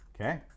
okay